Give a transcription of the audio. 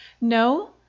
no